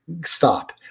Stop